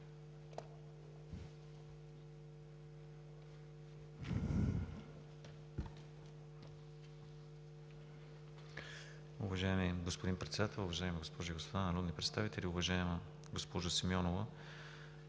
Уважаеми господин Председател, уважаеми госпожи и господа народни представители! Уважаема госпожо Симеонова,